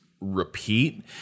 repeat